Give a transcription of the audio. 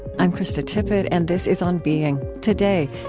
i'm krista tippett, and this is on being. today,